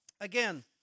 again